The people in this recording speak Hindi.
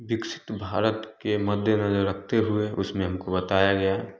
विकसित भारत के मद्देनजर रखते हुए उसमें हमको बताया गया